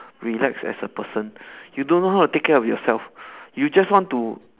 relax as a person you don't know how to take care of yourself you just want to